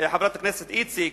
חברת הכנסת איציק.